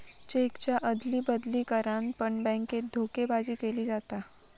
चेकच्या अदली बदली करान पण बॅन्केत धोकेबाजी केली जाता